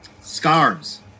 scarves